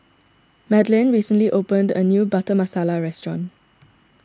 Madeleine recently opened a new Butter Masala restaurant